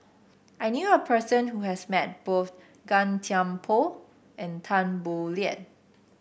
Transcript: I knew a person who has met both Gan Thiam Poh and Tan Boo Liat